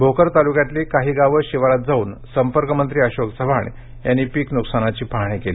भोकर तालुक्यातील काही गाव शिवारात जाऊन संपर्क मंत्री अशोक चव्हाण यांनी पिक नुकसानीची पाहणी केली